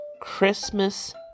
Christmas